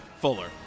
Fuller